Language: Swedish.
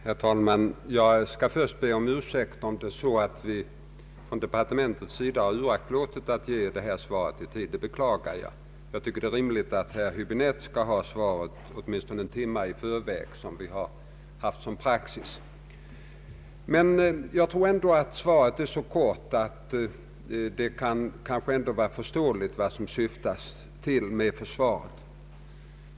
Herr talman! Jag ber först om ursäkt, om departementet har uraktlåtit att avge detta svar i tid. Jag beklagar det. Det är rimligt att herr Häbinette skall ha svaret åtminstone en timme i förväg, vilket har varit praxis. Men svaret är så kort, att jag ändå tror att man kan förstå vad det syftar till.